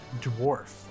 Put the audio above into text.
dwarf